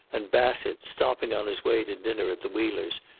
and bassett, stopping on his way to dinner at the wheelers',